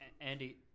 andy